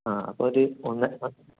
ആ അപ്പം ഒരു ഒന്ന്